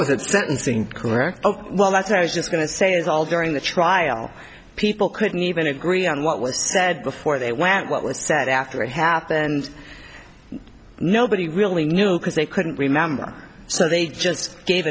correct well that's what i was just going to say is all during the trial people couldn't even agree on what was said before they went what was said after it happened nobody really knew because they couldn't remember so they just gave